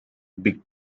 big